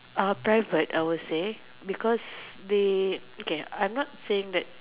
uh private I would say because they I am not saying that